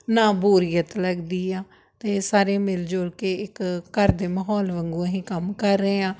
ਨਾ ਬੋਰੀਅਤ ਲੱਗਦੀ ਆ ਅਤੇ ਸਾਰੇ ਮਿਲ ਜੁਲ ਕੇ ਇੱਕ ਘਰ ਦੇ ਮਾਹੌਲ ਵਾਂਗੂੰ ਅਸੀਂ ਕੰਮ ਕਰ ਰਹੇ ਹਾਂ